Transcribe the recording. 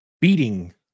beating